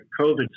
COVID